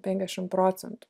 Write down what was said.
penkiasdešimt procentų